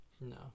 No